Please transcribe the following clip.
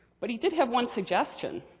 but he did have one suggestion.